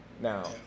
Now